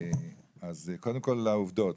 קודם כל, העובדות.